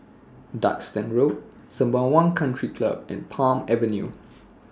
Duxton Road Sembawang Country Club and Palm Avenue